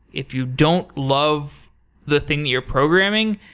if you don't love the thing that you're programming,